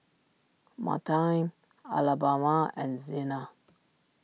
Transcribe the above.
Martine Alabama and Zena